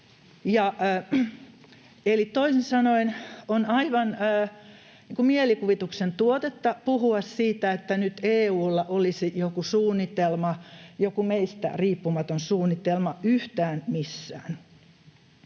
Eli toisin sanoen on aivan mielikuvituksen tuotetta puhua siitä, että nyt EU:lla olisi joku meistä riippumaton suunnitelma yhtään missään.